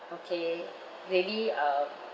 okay maybe um